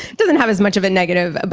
doesn't have as much of a negative. but